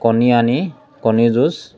কণী আনি কণী যুঁজ